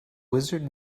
wizard